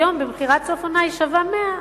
היום במכירת סוף עונה היא שווה 100 שקלים,